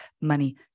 money